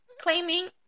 claiming